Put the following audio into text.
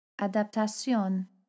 Adaptación